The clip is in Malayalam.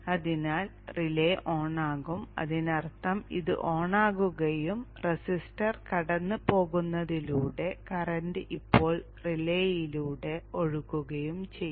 അതിനാൽ റിലേ ഓണാകും അതിനർത്ഥം ഇത് ഓണാകുകയും റെസിസ്റ്റർ കടന്നുപോകുന്നതിലൂടെ കറന്റ് ഇപ്പോൾ റിലേയിലൂടെ ഒഴുകുകയും ചെയ്യും